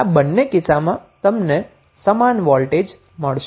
આ બંને કિસ્સામાં તમને સમાન વોલ્ટેજ મળશે